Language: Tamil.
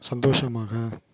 சந்தோஷமாக